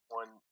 one